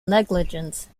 negligence